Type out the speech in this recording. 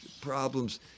problems